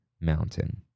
Mountain